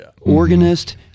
organist